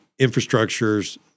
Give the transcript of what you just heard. infrastructures